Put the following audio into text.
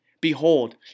Behold